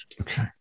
Okay